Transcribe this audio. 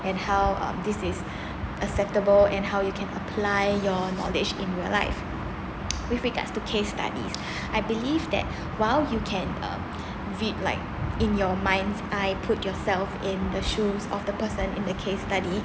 and how um this is acceptable and how you can apply your knowledge in real life with regards to case studies I believe that while you can um vi~ like in your mind’s eye put yourself in the shoes of the person in the case study